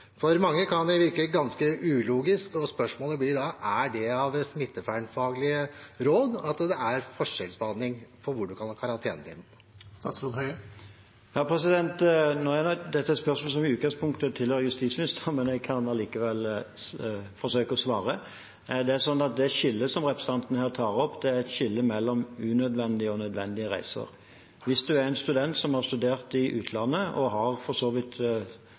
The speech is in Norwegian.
For mange kan det virke ganske ulogisk. Spørsmålet blir da: Er det smittevernfaglige råd som gjør at det er forskjellsbehandling når det gjelder hvor man kan ha karantenen sin? Dette er et spørsmål som i utgangspunktet tilligger justisministeren, men jeg kan allikevel forsøke å svare. Det skillet som representanten her tar opp, er et skille mellom unødvendige og nødvendige reiser. Hvis du er en student som har studert i utlandet og har, for